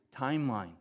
timeline